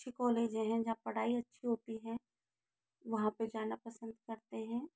अच्छी कॉलेज हैं जहाँ पढ़ाई अच्छी होती है वहाँ पर जाना पसंद करते हैं